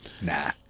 Nah